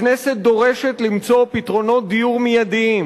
הכנסת דורשת למצוא פתרונות דיור מיידיים